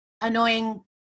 annoying